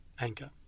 anchor